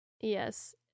Yes